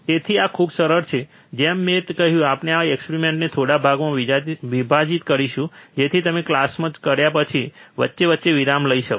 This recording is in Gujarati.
તેથી આ ખૂબ જ સરળ છે જેમ મેં કહ્યું આપણે આ એક્સપેરિમેન્ટને થોડા ભાગોમાં વિભાજીત કરીશું જેથી તમે ક્લાસ કર્યા પછી વચ્ચે વચ્ચે વિરામ લઈ શકો